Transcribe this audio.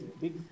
big